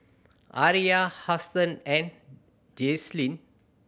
Aria Houston and Jaslyn